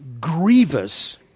grievous